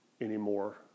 anymore